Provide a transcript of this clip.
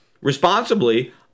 responsibly